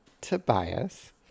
Tobias